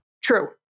True